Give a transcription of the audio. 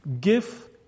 Give